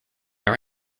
are